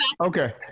Okay